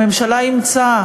הממשלה אימצה,